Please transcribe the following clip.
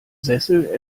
sessel